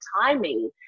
timing